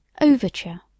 Overture